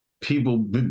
people